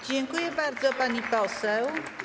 Dziękuję bardzo, pani poseł.